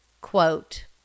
Quote